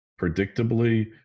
predictably